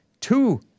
two